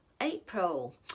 April